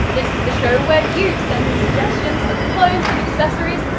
this is the show where you send in suggestions of clothes and accessories,